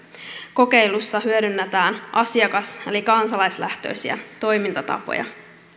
kokeilussa hyödynnetään asiakas eli kansalaislähtöisiä toimintatapoja